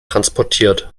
transportiert